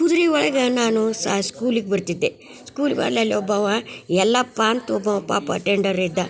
ಕುದ್ರೆ ಒಳಗೆ ನಾನು ಸ ಸ್ಕೂಲಿಗೆ ಬರ್ತಿದ್ದೆ ಸ್ಕೂಲಿಗೆ ಅಲ್ಲಲ್ಲಿ ಒಬ್ಬವ್ವ ಯಲ್ಲಪ್ಪ ಅಂತ ಒಬ್ಬ ಪಾಪ ಅಟೆಂಡರ್ ಇದ್ದ